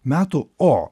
metų o